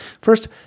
First